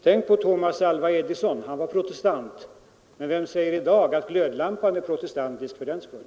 Tänk på Thomas Alva Edison. Han var protestant, men vem säger i dag att glödlampan är protestantisk fördenskull.